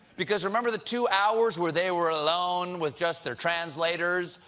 because remember the two hours where they were alone with just their translators?